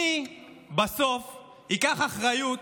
מי בסוף ייקח אחריות